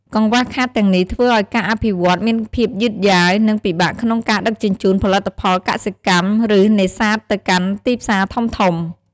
កង្វះខាតទាំងនេះធ្វើឱ្យការអភិវឌ្ឍន៍មានភាពយឺតយ៉ាវ និងពិបាកក្នុងការដឹកជញ្ជូនផលិតផលកសិកម្ម ឬនេសាទទៅកាន់ទីផ្សារធំៗ។